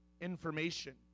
information